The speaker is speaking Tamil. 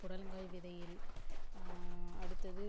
புடலங்காய் விதையில் அடுத்தது